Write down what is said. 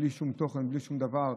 בלי שום תוכן ובלי שום דבר,